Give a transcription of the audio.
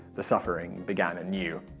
the suffering began anew.